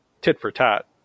tit-for-tat